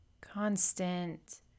constant